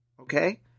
okay